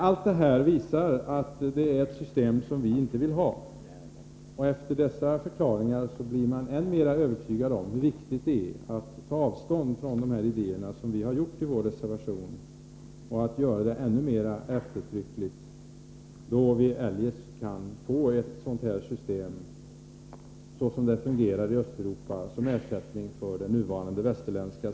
Allt det här visar att detta är ett system som vi inte vill ha, och efter dessa förklaringar blir man än mer övertygad om hur viktigt det är att ta avstånd från de här idéerna, såsom vi har gjort i vår reservation, och göra det ännu mera eftertryckligt, då vi eljest kan få ett sådant system, såsom det fungerar i Östeuropa, som ersättning för det nuvarande västerländska.